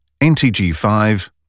NTG5